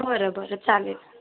बरं बरं चालेल